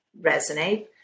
Resonate